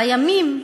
בימין?